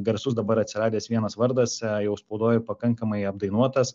garsus dabar atsiradęs vienas vardas jau spaudoj pakankamai apdainuotas